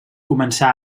començà